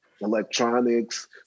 electronics